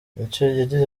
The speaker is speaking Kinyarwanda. yagize